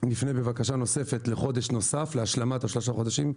נפנה בבקשה נוספת לחודש נוסף להשלמת השלושה חודשים.